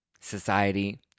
society